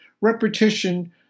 repetition